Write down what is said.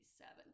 seven